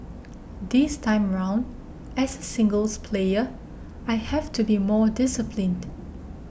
this time round as a singles player I have to be more disciplined